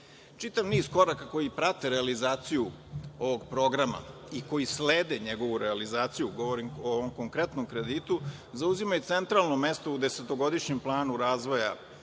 niz koraka koji prate realizaciju ovog programa i koji slede njegovu realizaciju, govorim o ovom konkretnom kreditu, zauzimaju centralno mesto u desetogodišnjem planu razvoja